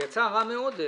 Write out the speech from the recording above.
ודים פרלמן, יצא רע מאוד.